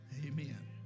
Amen